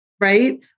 right